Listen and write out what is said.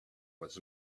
was